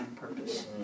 purpose